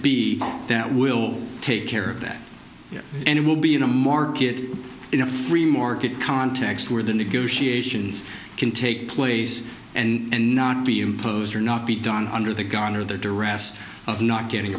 b that will take care of that and it will be in a market in a free market context where the negotiations can take place and not be imposed or not be done under the garner the duran's of not getting